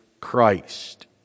Christ